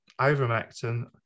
ivermectin